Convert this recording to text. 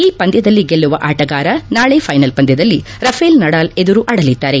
ಈ ಪಂದ್ವದಲ್ಲಿ ಗೆಲ್ಲುವ ಆಟಗಾರ ನಾಳೆ ಫೈನಲ್ ಪಂದ್ವದಲ್ಲಿ ರಫೇಲ್ ನಡಾಲ್ ಎದುರು ಆಡಲಿದ್ದಾರೆ